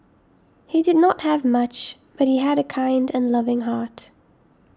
he did not have much but he had a kind and loving heart